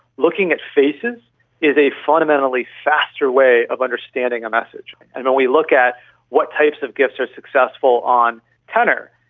looking at faces is a fundamentally faster way of understanding a message. and when we look at what types of gifs are successful on tenor,